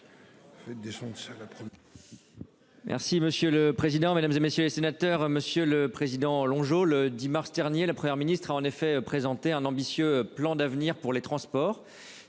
Merci monsieur le président, Mesdames, et messieurs les sénateurs, Monsieur le Président Longeau le 10 mars dernier, la Première ministre a en effet présenté un ambitieux plan d'avenir pour les transports